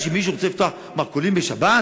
רק כי מישהו רוצה לפתוח מרכולים בשבת?